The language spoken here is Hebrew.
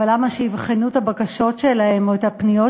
אבל למה שיבחנו את הבקשות שלהם או את הפניות